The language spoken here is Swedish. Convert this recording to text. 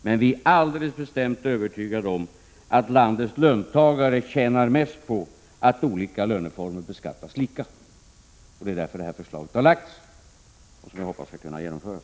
Men vi är alldeles bestämt övertygade om att landets löntagare tjänar mest på att olika löneformer beskattas lika. Det är därför vårt förslag har lagts fram, och jag hoppas att det skall kunna genomföras.